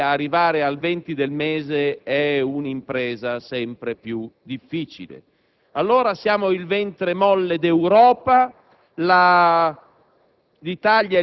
ormai arrivare al 20 del mese è un'impresa sempre più difficile. Dunque, siamo il ventre molle dell'Europa,